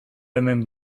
hemen